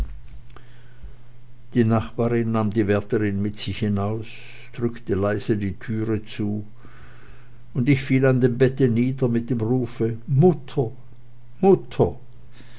die nachbarin nahm die wärterin mit sich hinaus drückte leise die türe zu und ich fiel an dem bett nieder mit dem rufe mutter mutter